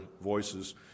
voices